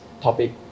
topic